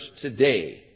today